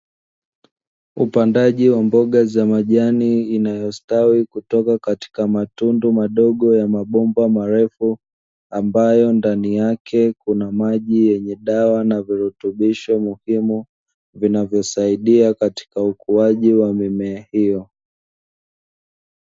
Upandaji wa mboga za majani inayostawi kutoka katika matundu madogo ya mabomba marefu, ambayo ndani yake kuna maji yenye dawa na virutubisho muhimu, vinavyosaidia katika ukuaji wa mimea hiyo.